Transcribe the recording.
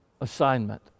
assignment